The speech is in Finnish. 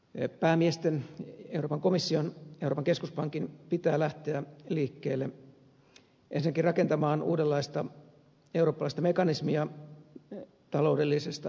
euroopan päämiesten euroopan komission euroopan keskuspankin pitää lähteä liikkeelle ensinnäkin rakentamaan uudenlaista eurooppalaista mekanismia taloudellisesta yhteisvastuusta